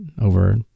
over